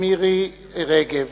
מירי רגב.